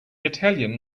italian